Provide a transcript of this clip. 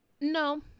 No